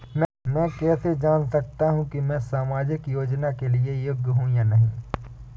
मैं कैसे जान सकता हूँ कि मैं सामाजिक योजना के लिए योग्य हूँ या नहीं?